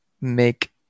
make